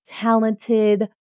talented